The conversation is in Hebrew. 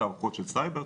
תערוכות של סייבר,